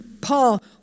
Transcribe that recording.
Paul